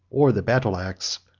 or the battle-axe,